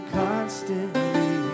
constantly